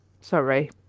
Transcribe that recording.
Sorry